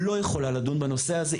לא יכולה לדון בנושא הזה,